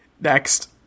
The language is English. Next